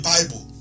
Bible